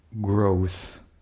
growth